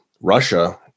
Russia